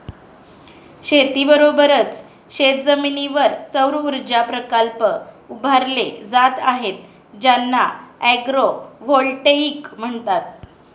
शेतीबरोबरच शेतजमिनीवर सौरऊर्जा प्रकल्प उभारले जात आहेत ज्यांना ॲग्रोव्होल्टेईक म्हणतात